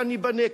כאן ייבנה,,